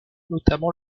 notamment